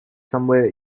somewhere